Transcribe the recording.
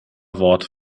worte